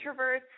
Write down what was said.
introverts